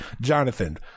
Jonathan